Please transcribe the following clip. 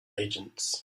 agents